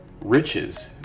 Riches